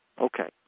Okay